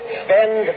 spend